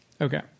Okay